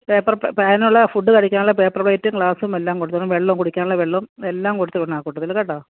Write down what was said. paper പേനുള്ള food കഴിക്കാനുള്ള paper പ്ലെയ്റ്റും ഗ്ലാസും എല്ലാം കൊടുത്തു വിടണം വെള്ളവും കുടിക്കാനുള്ള വെള്ളവും എല്ലാം കൊടുത്തു വിടണം ആ കൂട്ടത്തിൽ കേട്ടോ